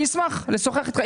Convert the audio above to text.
אני אשמח לשוחח איתך.